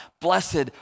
Blessed